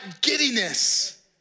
giddiness